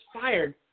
fired